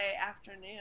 afternoon